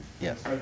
Yes